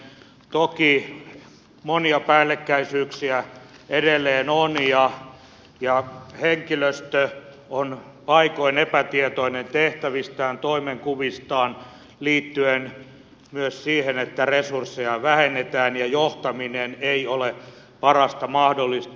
toki monia päällekkäisyyksiä edelleen on ja henkilöstö on paikoin epätietoinen tehtävistään toimenkuvistaan liittyen myös siihen että resursseja vähennetään ja johtaminen ei ole parasta mahdollista